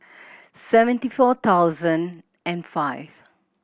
seventy four thousand and five